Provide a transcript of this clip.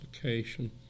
application